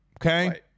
okay